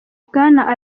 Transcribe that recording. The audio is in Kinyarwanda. bwana